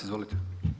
Izvolite.